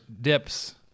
dips